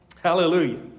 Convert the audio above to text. Hallelujah